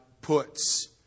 puts